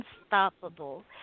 unstoppable